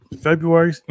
February